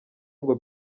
ngo